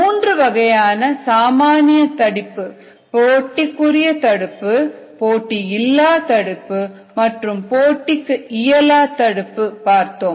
மூன்று வகையான சாமானிய தடுப்பு போட்டிக்குரிய தடுப்பு போட்டியில்லா தடுப்பு மற்றும் போட்டிக்கு இயலா தடுப்பு பார்த்தோம்